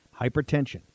hypertension